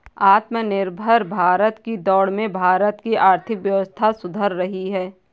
आत्मनिर्भर भारत की दौड़ में भारत की आर्थिक व्यवस्था सुधर रही है